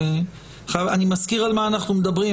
אני מזכיר על מה אנחנו מדברים,